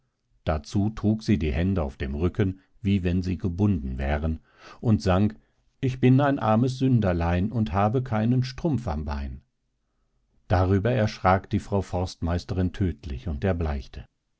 dazu trug sie die hände auf dem rücken wie wenn sie gebunden wären und sang ich bin ein armes sünderlein und habe keinen strumpf am bein darüber erschrak die frau forstmeisterin tödlich und erbleichte